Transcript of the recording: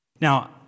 Now